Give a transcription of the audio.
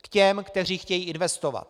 K těm, kteří chtějí investovat.